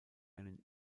einen